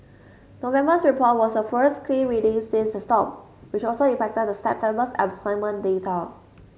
November's report was the first clean reading since the storm which also impacted the September's employment data